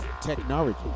technology